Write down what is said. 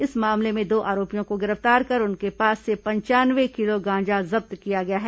इस मामले में दो आरोपियों को गिरफ्तार कर उनके पास से पंचानवे किलो गांजा जब्त किया गया है